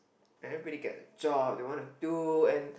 and everybody get a job they want to do and